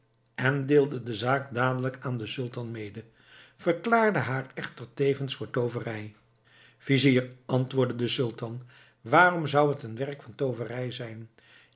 en deelde de zaak dadelijk aan den sultan mede verklaarde haar echter tevens voor tooverij vizier antwoordde de sultan waarom zou het een werk van tooverij zijn